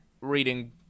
reading